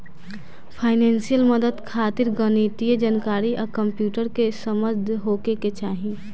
financial मदद खातिर गणितीय जानकारी आ कंप्यूटर के समझ होखे के चाही